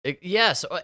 Yes